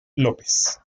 lópez